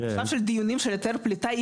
בשלב של דיונים על היתר פליטה,